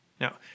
Now